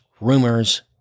rumors